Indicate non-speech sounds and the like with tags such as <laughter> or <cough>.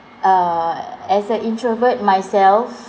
uh as an introvert myself <breath>